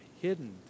hidden